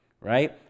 right